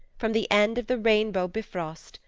from the end of the rainbow bifrost,